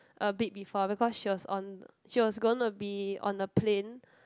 a bit before because she was on she was gonna be on the plane